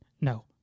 No